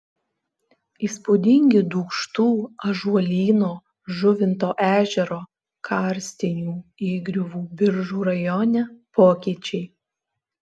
įspūdingi dūkštų ąžuolyno žuvinto ežero karstinių įgriuvų biržų rajone pokyčiai